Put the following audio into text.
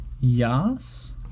yes